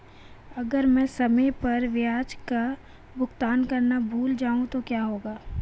अगर मैं समय पर ब्याज का भुगतान करना भूल जाऊं तो क्या होगा?